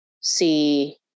see